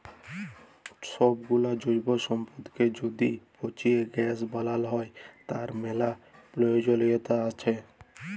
সবগুলা জৈব সম্পদকে য্যদি পচিয়ে গ্যাস বানাল হ্য়, তার ম্যালা প্রয়জলিয়তা আসে